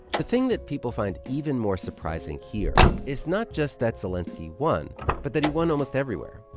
the thing that people find even more surprising here is not just that zelenskiy won but that he won almost everywhere.